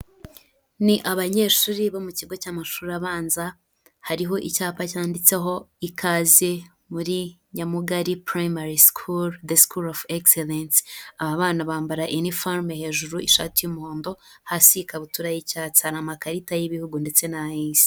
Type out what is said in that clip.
Ni abanyeshuri bo mu kigo cy'amashuri abanza hariho icyapa cyanditseho ikaze muri Nyamugari primary school, the school of execellence. Aba bana bambara iniforume hejuru ishati y'umuhondo, hasi ikabutura y'icyatsi. Hari amakarita y'ibihugu ndetse n'ay'isi.